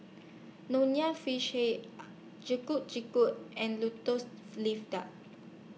Nonya Fish Head Getuk Getuk and Lotus Leaf Duck